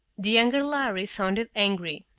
the younger lhari sounded angry.